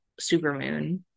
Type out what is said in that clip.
supermoon